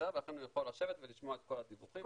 לכן הוא יכול לשבת ולשמוע את כל הדיווחים.